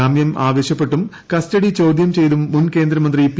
ജാമ്യം ആവശ്യപ്പെട്ടും കസ്റ്റഡി ചോദ്യം ചെയ്തും മുൻ കേന്ദ്രമന്ത്രി പി